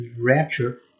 rapture